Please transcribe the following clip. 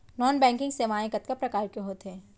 non banking सेवाएं कतका प्रकार के होथे